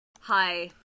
Hi